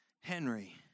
Henry